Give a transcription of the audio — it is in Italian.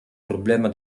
problema